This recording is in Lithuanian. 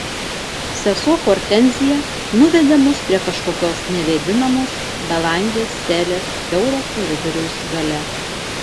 sesuo hortenzija nuvedė mus prie kažkokios nevėdinamos belangės celės siauro koridoriaus gale